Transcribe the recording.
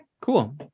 cool